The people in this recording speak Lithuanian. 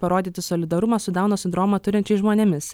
parodyti solidarumą su dauno sindromą turinčiais žmonėmis